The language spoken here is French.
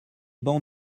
bancs